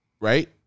right